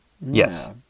Yes